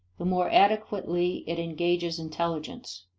the more adequately it engages intelligence.